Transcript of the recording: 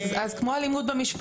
אז כמו בעבירות אלימות במשפחה,